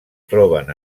troben